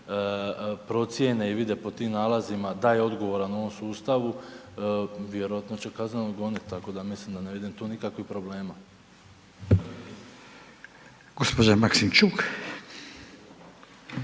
procjene i vide po tim nalazima da je odgovoran u ovom sustavu, vjerojatno će kazneno goniti, tako da mislim da ne vidim tu nikakvih problema. **Radin, Furio